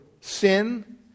sin